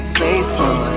faithful